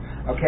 Okay